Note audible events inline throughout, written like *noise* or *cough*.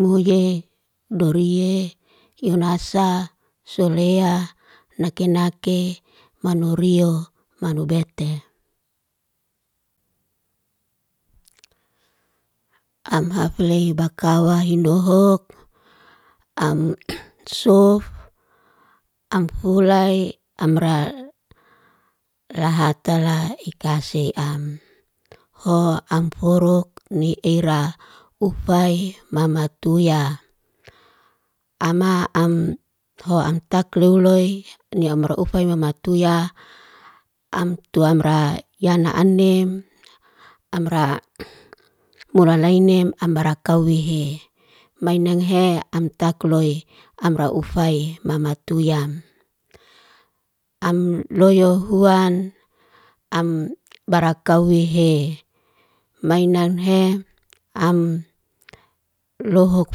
Muye, durie, yunasa, sulea, nakenake, manurio, manubete. Am hafley bakawa hindohog, am *noise* sof, am fulay, amral *hesitation* lahatala ikasey am. Ho am forok ni eira ufay mamatuya. Ama, am ho takluloy ni amra ufay mamatuya, am tuamra yana anem, amra *noise* mulalainem ambra kawihe. Mainanghe, am takloy amra ufay mamatuyam. Am loyo huan, am barakawihe. Mainanghe, am lohok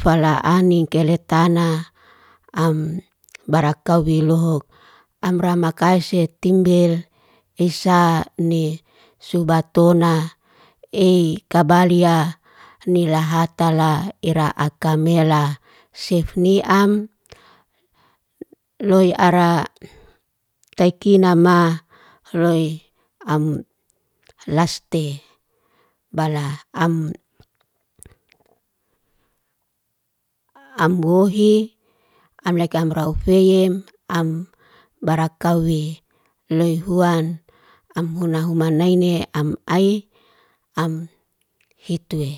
falaaning keletana. Am barakawi lohok. Am ramakayse timbil isi ni subatona, e kabaliya ni lahatala ira akamela. Sifniyam loy ara taikina ma, loy am laste bala am *noise* am buhi. Am laika amraufeye, am barakawe loy huan am muna humanaine, am ai. Am hitu e.